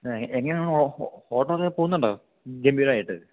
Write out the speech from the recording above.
ആ എങ്ങനെയുണ്ട് ഹോ ഹോട്ടല് പോവുന്നുണ്ടോ ഗംഭീരമായിട്ട്